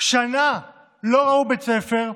שנה לא ראו בית ספר,